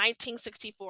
1964